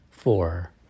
Four